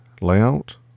Layout